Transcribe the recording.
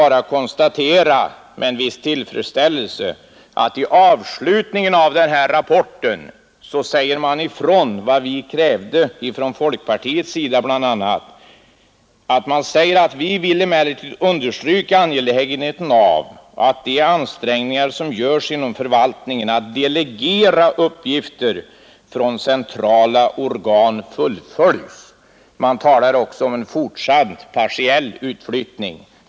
Jag vill bara med viss tillfredsställelse konstatera att man i avslutningen av denna rapport bl.a. säger ifrån vad vi ifrån folkpartiets sida krävt, i det man understryker angelägenheten av att de ansträngningar som görs inom förvaltningen att delegera uppgifter från centrala organ fullföljs. Man talar också om en fortsatt partiell utflyttning.